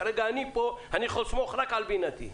כרגע אני פה ואני יכול לסמוך רק על בינתי.